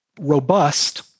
robust